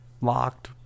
locked